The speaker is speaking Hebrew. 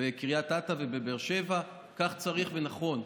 בקריית אתא ובבאר שבע, וכך צריך ונכון,